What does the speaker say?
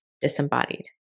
Disembodied